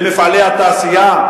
ממפעלי התעשייה?